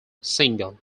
single